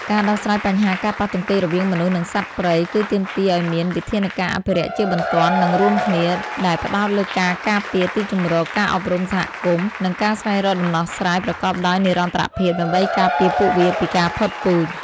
ការដោះស្រាយបញ្ហាការប៉ះទង្គិចរវាងមនុស្ស និងសត្វព្រៃ គឺទាមទារឲ្យមាន វិធានការអភិរក្សជាបន្ទាន់ និងរួមគ្នា ដែលផ្តោតលើការការពារទីជម្រក ការអប់រំសហគមន៍ និងការស្វែងរកដំណោះស្រាយប្រកបដោយនិរន្តរភាព ដើម្បីការពារពួកវាពីការផុតពូជ។